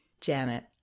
Janet